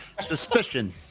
suspicion